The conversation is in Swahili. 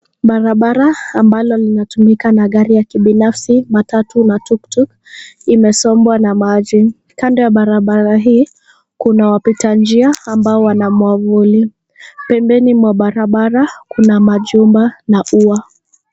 Barabra ambalo linatumika na gari ya kibinafsi, matatu na tuktuk imesombwa na maji, kando ya barabara hii kuna wapita njia ambao wana mwavuli, pembeni mwa barabara kuna majumba na ua.